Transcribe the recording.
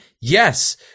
yes